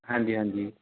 ਹਾਂਜੀ ਹਾਂਜੀ